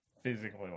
physically